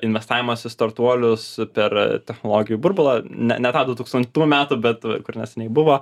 investavimas į startuolius per technologijų burbulą ne ne tą du tūkstantų metų bet va kur neseniai buvo